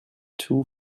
two